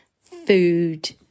food